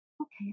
Okay